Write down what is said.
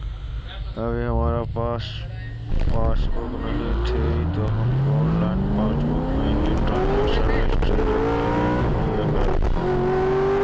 अभी हमारा पास पासबुक नहीं थी तो हम ऑनलाइन पासबुक में ही ट्रांजेक्शन हिस्ट्री देखलेलिये